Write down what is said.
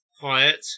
Quiet